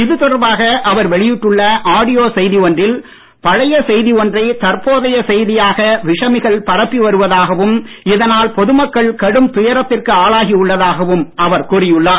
இது தொடர்பாக அவர் வெளியிட்டுள்ள ஆடியோ செய்தி ஒன்றில் பழைய செய்தி ஒன்றை தற்போதைய செய்தியாக விஷமிகள் பரப்பி வருவதாகவும் இதனால் பொதுமக்கள் கடும் துயரத்திற்கு ஆளாகி உள்ளதாகவும் அவர் கூறியுள்ளார்